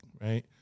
right